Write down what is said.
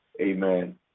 Amen